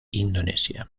indonesia